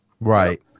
Right